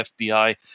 FBI